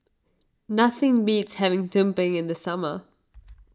nothing beats having Tumpeng in the summer